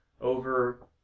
over